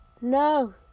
No